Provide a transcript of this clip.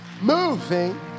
moving